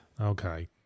Okay